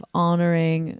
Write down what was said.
honoring